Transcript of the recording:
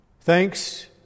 Thanks